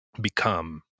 become